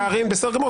בסדר גמור.